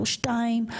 לא שתיים,